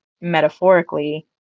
metaphorically